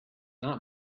not